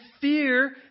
fear